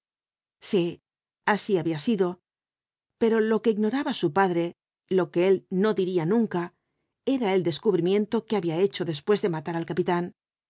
sí así había v jiiasco ibáñkz sido pero lo que ignoraba su padre lo que él no diría nunca era el descubrimiento que había hecho después de matar al capitán